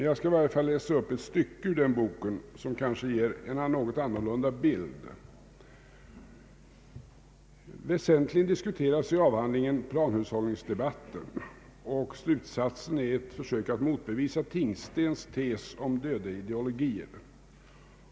Jag skall i varje fall läsa upp ett stycke ur den boken, som kanske ger en något annan bild. Väsentligen diskuteras i avhandlingen planhushållningsdebatten, och slutsatsen är ett försök att motbevisa Tingstens tes om döda ideologier.